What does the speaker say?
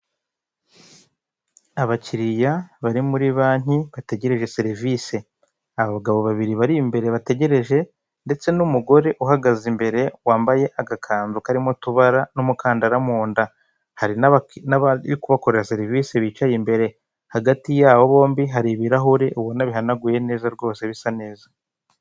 Abakiliya bari muri banki bategereje serivise. Abagabo babiri bari imbere bategereje, ndetse n'umugore uhagaze imbere wambaye agakanzu karimo utubara n'umukandara munda, hari n'abari kubakorera serivise bicaye imbere, hagati yabo bombi hari ibirahure ubona bihanaguye neza rwose bisa neza.